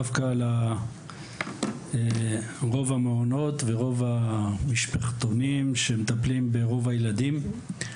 דווקא על רוב המעונות ורוב המשפחתונים שמטפלים ברוב הילדים.